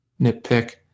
nitpick